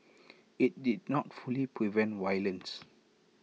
IT did not fully prevent violence